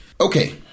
Okay